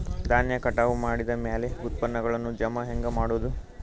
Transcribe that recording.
ಧಾನ್ಯ ಕಟಾವು ಮಾಡಿದ ಮ್ಯಾಲೆ ಉತ್ಪನ್ನಗಳನ್ನು ಜಮಾ ಹೆಂಗ ಮಾಡೋದು?